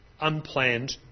Unplanned